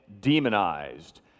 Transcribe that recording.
demonized